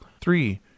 Three